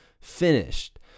finished